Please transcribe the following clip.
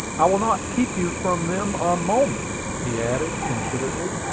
i will not keep you from them a moment, he added, considerately.